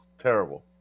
terrible